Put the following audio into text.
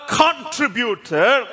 contributor